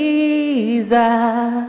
Jesus